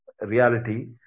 reality